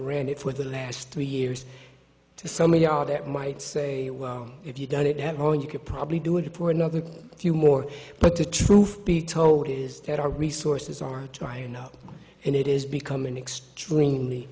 it for the last three years to somebody on that might say if you don't have all you could probably do it for another few more but the truth be told is that our resources are drying up and it is becoming extremely